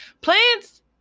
plants